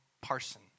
Parson